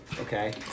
Okay